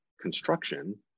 construction